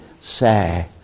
say